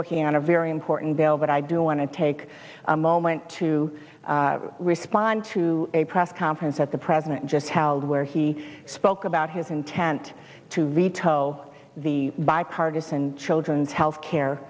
working on a very important bill but i do want to take a moment to respond to a press conference that the president just held where he spoke about his intent to veto the bipartisan children's health care